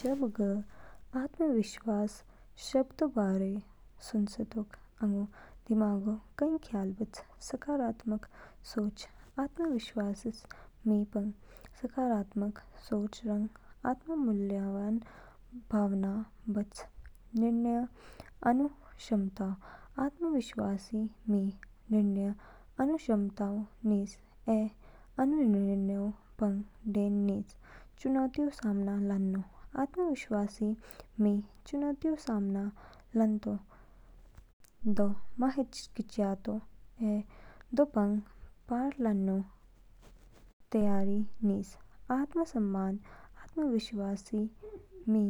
जब ग आत्मविश्वास शब्दो बारेऊ सुचेतोक, अंग दिमागऊ कई ख्याल बच। सकारात्मक सोच आत्मविश्वासी मी पंग सकारात्मक सोच रंग आत्म-मूल्यांकनऊ भावना बच। निर्णय अनो क्षमता। आत्मविश्वासी मि निर्णय अनो सक्षम निज ऐ आनु निर्णयों पंग डेन निज। चुनौतियों सामना लानु। आत्मविश्वासी मी चुनौतियोंऊ सामना लानो मा हिचकिच्यो ऐ दो पंग पार लानो तैयार नितो। आत्म-सम्मान आत्मविश्वासी मी